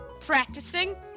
practicing